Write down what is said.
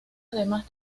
además